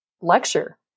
lecture